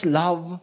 love